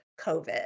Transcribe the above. COVID